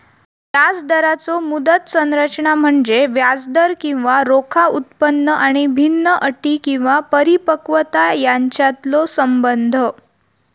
व्याजदराचो मुदत संरचना म्हणजे व्याजदर किंवा रोखा उत्पन्न आणि भिन्न अटी किंवा परिपक्वता यांच्यातलो संबंध